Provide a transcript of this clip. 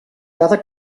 cada